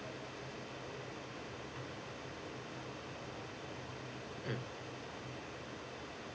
mm